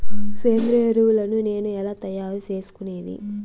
సేంద్రియ ఎరువులని నేను ఎలా తయారు చేసుకునేది?